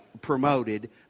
promoted